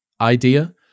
idea